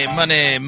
money